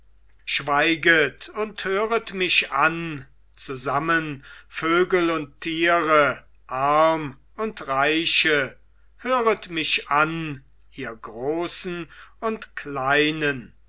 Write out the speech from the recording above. schweiget und höret mich an zusammen vögel und tiere arm und reiche höret mich an ihr großen und kleinen